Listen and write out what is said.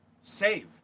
save